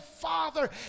father